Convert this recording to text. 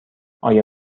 آیا